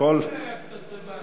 קצת צבע אדום.